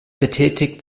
betätigt